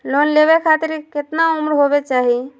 Loan लेवे खातिर केतना उम्र होवे चाही?